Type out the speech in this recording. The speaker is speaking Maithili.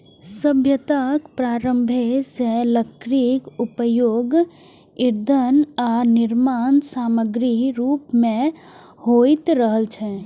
सभ्यताक प्रारंभे सं लकड़ीक उपयोग ईंधन आ निर्माण समाग्रीक रूप मे होइत रहल छै